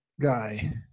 guy